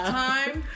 time